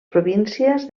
províncies